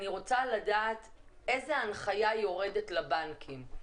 אני רוצה לדעת איזו הנחיה יורדת לבנקים,